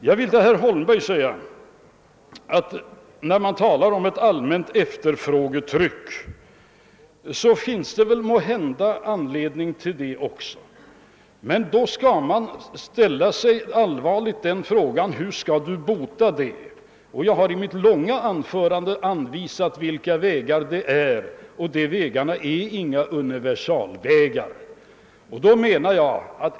Jag vill säga till herr Holmberg att det måhända finns anledning att tala om ett allmänt efterfrågetryck, men då bör man allvarligt ställa sig frågan, vad vi skall göra åt det. Jag har i mitt långa anförande anvisat vilka vägar vi tänker gå. Men vi vet inget om Edra.